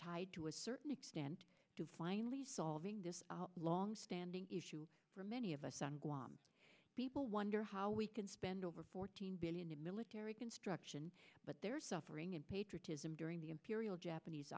tied to a certain extent to finally solving this long standing issue for many of us on guam people wonder how we can spend over fourteen billion in military construction but their suffering and patriotism during the imperial japanese